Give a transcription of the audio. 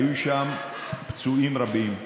היו שם פצועים רבים,